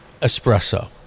espresso